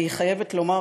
אני חייבת לומר,